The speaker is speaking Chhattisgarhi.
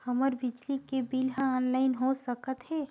हमर बिजली के बिल ह ऑनलाइन हो सकत हे?